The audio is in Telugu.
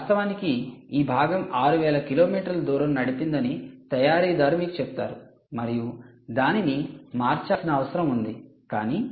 వాస్తవానికి ఈ భాగం 6000 కిలోమీటర్ల దూరం నడిపిందని తయారీదారు మీకు చెప్తారు మరియు దానిని మార్చాల్సిన అవసరం ఉంది అని